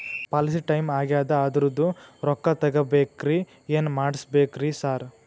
Policy time ಆಗ್ಯಾದ ಅದ್ರದು ರೊಕ್ಕ ತಗಬೇಕ್ರಿ ಏನ್ ಮಾಡ್ಬೇಕ್ ರಿ ಸಾರ್?